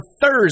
Thursday